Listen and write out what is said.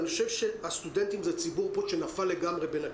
אני חושב שהסטודנטים זה ציבור פה שנפל לגמרי בין הכיסאות.